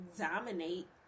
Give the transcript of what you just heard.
dominate